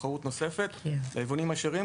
תחרות נוספת ליבואנים הישירים,